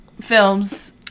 films